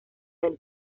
del